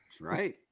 Right